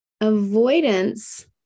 Avoidance